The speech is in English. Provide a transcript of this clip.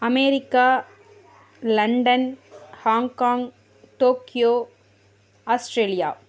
America London Hong Kong Tokyo Australia